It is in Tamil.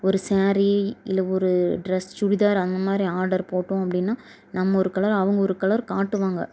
ஒரு ஸாரீ இல்லை ஒரு டிரெஸ் சுடிதார் அந்தமாதிரி ஆர்டர் போட்டோம் அப்படின்னா நம்ம ஒரு கலர் அவங்க ஒரு கலர் காட்டுவாங்க